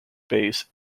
base